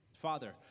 Father